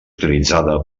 utilitzada